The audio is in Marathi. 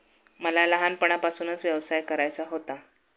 मला लहानपणापासूनच व्यवसाय करायचा होता